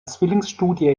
zwillingsstudie